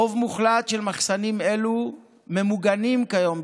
הרוב המוחלט של המחסנים האלו ממוגנים כיום,